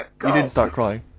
ah didn't start crying.